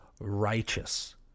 righteous